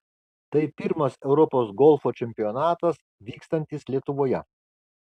tai pirmas europos golfo čempionatas vykstantis lietuvoje